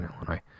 Illinois